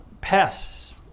pests